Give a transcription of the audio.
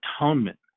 Atonement